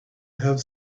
have